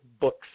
books